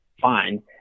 fine